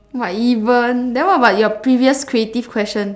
!wah! even then what about your previous creative question